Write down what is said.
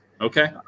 Okay